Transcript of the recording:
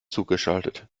zugeschaltet